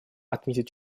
отметить